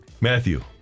Matthew